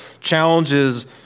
challenges